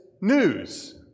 News